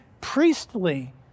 priestly